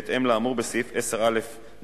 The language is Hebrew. בהתאם לאמור בסעיף 10א(ד)